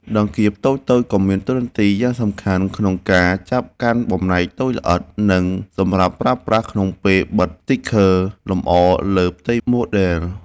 ដង្កៀបតូចៗក៏មានតួនាទីយ៉ាងសំខាន់ក្នុងការចាប់កាន់បំណែកតូចល្អិត និងសម្រាប់ប្រើប្រាស់ក្នុងពេលបិទស្ទីគ័រលម្អលើផ្ទៃម៉ូដែល។